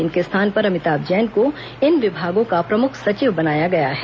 इनके स्थान पर अमिताभ जैन को इन विभागों का प्रमुख सचिव बनाया गया है